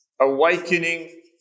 awakening